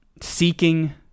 seeking